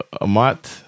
Amat